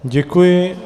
Děkuji.